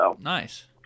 Nice